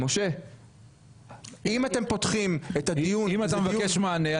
אם אתה מבקש מענה,